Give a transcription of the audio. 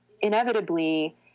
inevitably